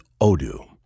Odoo